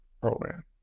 program